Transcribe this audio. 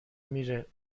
میره